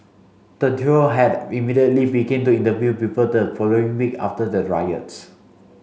the Duo had immediately began to interview people the following week after the riots